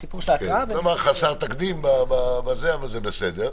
זה דבר חסר תקדים אבל זה בסדר.